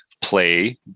play